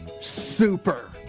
super